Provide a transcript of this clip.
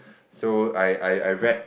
so I I I read